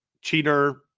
cheater